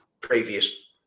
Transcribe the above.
previous